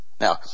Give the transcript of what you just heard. Now